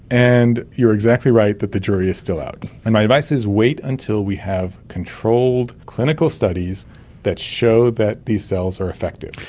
and you're exactly right that the jury is still out. and my advice is wait until we have controlled clinical studies that show that these cells are effective.